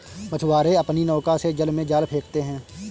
मछुआरे अपनी नौका से जल में जाल फेंकते हैं